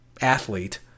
athlete